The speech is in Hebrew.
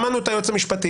שמענו את היועץ המשפטי,